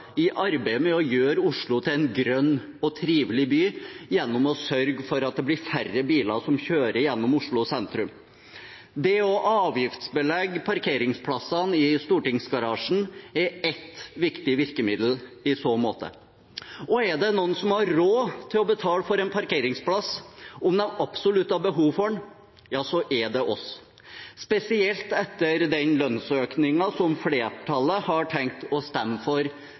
i arbeidet med å gjøre Oslo til en grønn og trivelig by, gjennom å sørge for at det blir færre biler som kjører gjennom Oslo sentrum. Det å avgiftsbelegge parkeringsplassene i stortingsgarasjen er ett viktig virkemiddel i så måte. Og er det noen som har råd til å betale for en parkeringsplass om de absolutt har behov for den, så er det oss, spesielt etter den lønnsøkningen som flertallet har tenkt å stemme for